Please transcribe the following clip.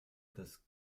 das